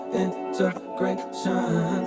integration